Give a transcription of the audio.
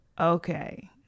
okay